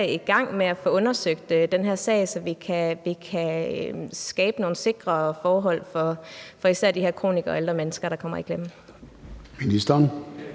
i gang med at få undersøgt den her sag, så vi kan skabe nogle sikre forhold for især de her kronikere og ældre mennesker, der kommer i klemme.